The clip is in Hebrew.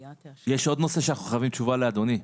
יש עוד נושא שאנחנו חייבים תשובה לאדוני.